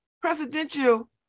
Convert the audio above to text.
presidential